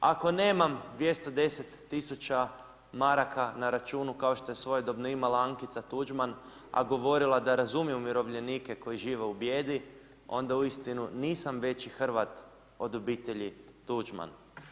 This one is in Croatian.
Ako nemam 210 tisuća maraka na računu kao što je svojedobno imala Ankica Tuđman, a govorila da razumijem umirovljenike koji žive u bijedi, onda uistinu nisam veći hrvat od obitelji Tuđman.